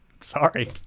Sorry